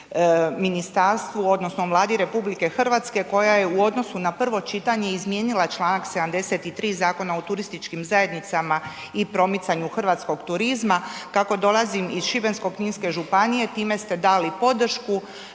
u odnosu na prvo čitanje izmijenila čl. 73. Zakona o turističkim zajednicama i promicanju hrvatskog turizma. Kako dolazim iz Šibensko-kninske županije, time ste dali podršku